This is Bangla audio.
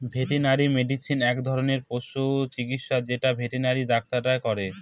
ভেটেনারি মেডিসিন এক ধরনের পশু চিকিৎসা যেটা ভেটেনারি ডাক্তাররা করে